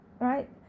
right